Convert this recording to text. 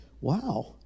wow